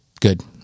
good